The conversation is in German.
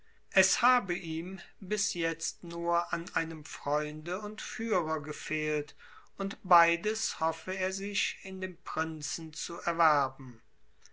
es habe ihm bis jetzt nur an einem freunde und führer gefehlt und beides hoffe er sich in dem prinzen zu erwerben